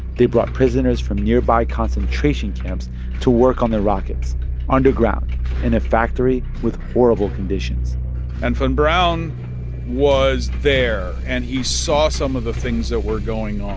they brought prisoners from nearby concentration camps to work on their rockets underground in a factory with horrible conditions and von braun was there, and he saw some of the things that were going on